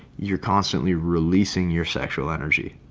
you're constantly releasing your sexual energy.